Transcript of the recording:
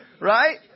right